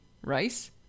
rice